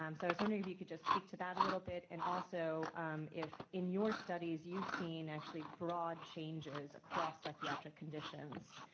um so i was wondering if you could just speak to that a little bit and also if in your studies you've seen actually broad changes across psychiatric conditions,